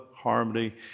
harmony